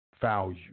Value